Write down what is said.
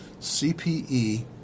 CPE